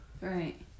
right